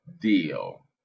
deal